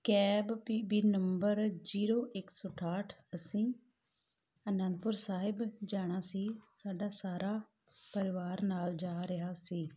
cab P B number zero ਇੱਕ ਸੌ ਅਠਾਹਠ ਅਸੀਂ ਅਨੰਦਪੁਰ ਸਾਹਿਬ ਜਾਣਾ ਸੀ ਸਾਡਾ ਸਾਰਾ ਪਰਿਵਾਰ ਨਾਲ ਜਾ ਰਿਹਾ ਸੀ